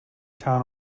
town